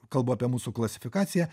kalbu apie mūsų klasifikaciją